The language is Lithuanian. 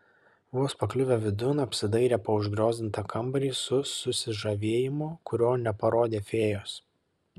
vos pakliuvę vidun apsidairė po užgriozdintą kambarį su susižavėjimu kurio neparodė fėjos